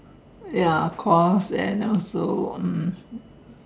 ya of course and also um